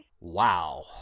Wow